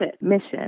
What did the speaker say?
mission